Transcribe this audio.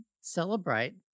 celebrate